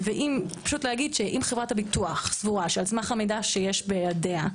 ופשוט להגיד שאם חברת הביטוח סבורה שעל סמך המידע שיש בידיה,